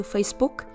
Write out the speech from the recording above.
Facebook